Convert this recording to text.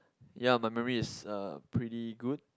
ya my memories is uh pretty good